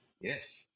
Yes